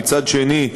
ומצד שני,